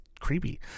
creepy